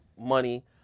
money